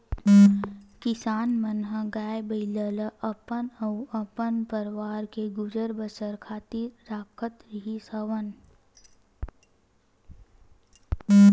किसान मन ह गाय, बइला ल अपन अउ अपन परवार के गुजर बसर खातिर राखत रिहिस हवन